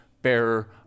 bearer